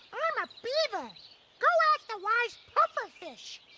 i'm a beaver. go ask the wise puffer fish.